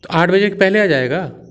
आठ बजे के पहले आ जाएगा